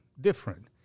different